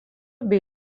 bei